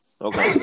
Okay